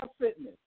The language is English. Fitness